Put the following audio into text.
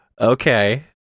Okay